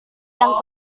yang